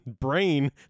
brain